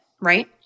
right